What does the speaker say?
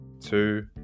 two